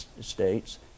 States